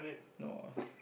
no